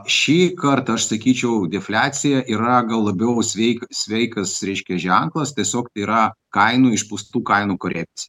šį kartą aš sakyčiau defliacija yra gal labiau sveika sveikas reiškia ženklas tiesiog tai yra kainų išpūstų kainų korekcija